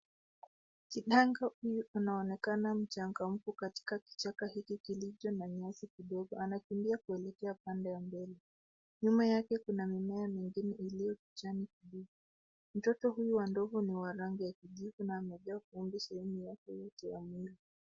Kidanga huyu anaonekana mchangamfu katika kichaka hiki kilicho na nyasi kidogo. Anakimbia kuelekea pande ya mbele. Nyuma yake kuna mimea mingine iliyo kijani kibichi. Mtoto huyu wa ndovu ni wa rangi ya kijivu na amejaa vumbi sehemu yake yote ya mwili.